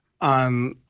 on